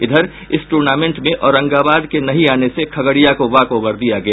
इधर इस टूर्नामेंट में औरंगाबाद के नहीं आने से खगड़िया को वॉकओवर दिया गया